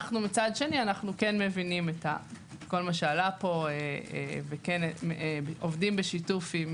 מצד שני אנו כן מבינים כל מה שעלה פה ועובדים בשיתוף עם